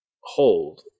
hold